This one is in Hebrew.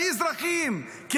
כאזרחים, כי